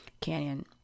Canyon